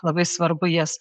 labai svarbu jas